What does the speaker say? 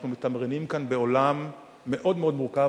אנחנו מתמרנים כאן בעולם מאוד מורכב,